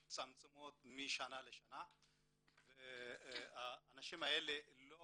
הן מצטמצמות משנה לשנה והאנשים האלה לא